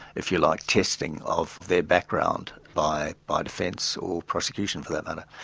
if you like, testing of their background by by defence or prosecution for that matter.